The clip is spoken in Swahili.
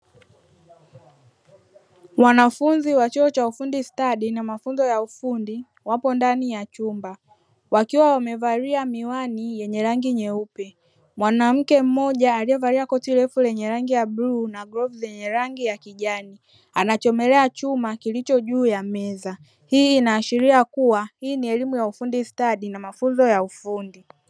Wanafunzi wa chuo cha ufundi stadi na mafunzo ya ufundi wapo ndani ya chumba wakiwa wamevalia miwani yenye rangi nyeupe, mwanamke mmoja aliyevalia koti lenye rangi ya bluu na glovu zenye rangi ya kijani anachomelea chuma kilicho juu ya meza, hii inaashiria kuwa hii ni elimu ya ufundi stadi na mafunzo ya ufundi.